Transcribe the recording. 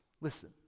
listen